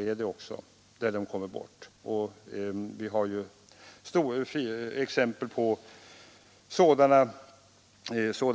Vi kan också i närheten av Stockholm se exempel på sådan